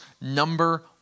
number